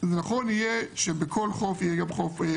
נכון שיהיה שבכל עיר יהיה גם חוף מונגש